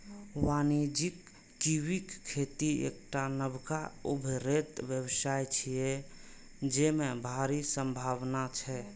वाणिज्यिक कीवीक खेती एकटा नबका उभरैत व्यवसाय छियै, जेमे भारी संभावना छै